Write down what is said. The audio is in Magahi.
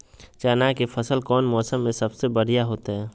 चना के फसल कौन मौसम में सबसे बढ़िया होतय?